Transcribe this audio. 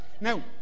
Now